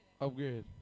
Upgrade